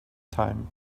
time